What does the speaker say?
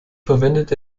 verwendet